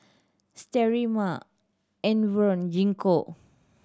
Sterimar Enervon Gingko